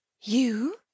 You